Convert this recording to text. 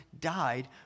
died